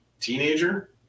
teenager